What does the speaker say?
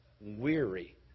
weary